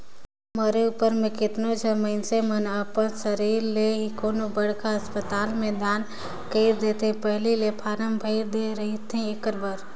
मरे उपर म केतनो झन मइनसे मन तो अपन सरीर ल ही कोनो बड़खा असपताल में दान कइर देथे पहिली ले फारम भर दे रहिथे एखर बर